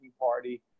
party